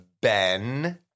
Ben